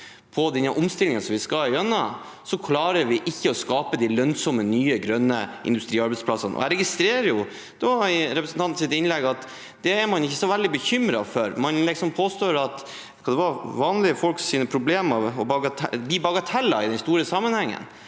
på den omstillingen vi skal gjennom, klarer vi ikke å skape de lønnsomme nye, grønne industriarbeidsplassene. Jeg registrerer i representantens innlegg at man ikke er så veldig bekymret for dette, man påstår at vanlige folks problemer blir bagateller i den store sammenhengen.